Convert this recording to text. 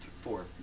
four